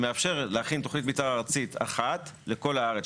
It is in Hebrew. שמאפשר להכין תוכנית מתאר ארצית אחת לכל הארץ,